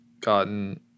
gotten